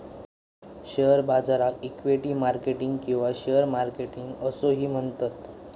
share बाजाराक equity market किंवा share market असोही म्हणतत